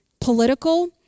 political